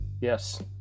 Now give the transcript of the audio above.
Yes